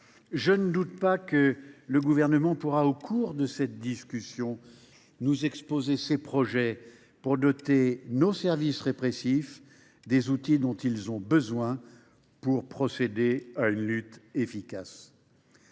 Je ne doute pas que le Gouvernement pourra, au cours de cette discussion, nous exposer ses projets pour doter nos services répressifs des outils dont ils ont besoin pour procéder à une lutte efficace.